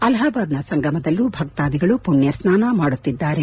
ಅಲಹಾಬಾದ್ನ ಸಂಗಮದಲ್ಲೂ ಭಕ್ತಾದಿಗಳು ಮಣ್ಣಸ್ನಾನ ಮಾಡುತ್ತಿದ್ದಾರೆ